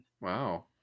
Wow